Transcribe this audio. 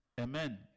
Amen